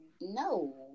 no